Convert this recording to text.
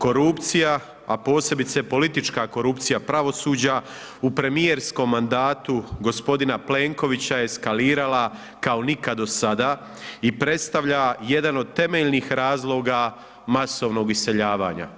Korupcija, a posebice politička korupcija pravosuđa u premijerskom mandatu g. Plenkovića je eskalirala kao nikad do sada i predstavlja jedan od temeljnih razloga masovnog iseljavanja.